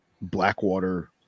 blackwater